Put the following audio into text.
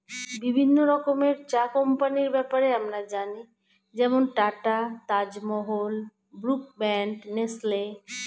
বিভিন্ন রকমের চা কোম্পানির ব্যাপারে আমরা জানি যেমন Tata, Taj Mahal, Brooke Bond, Nestle